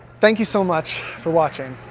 thank you so much for watching!